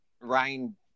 Ryan